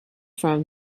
from